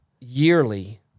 yearly